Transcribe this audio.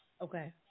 Okay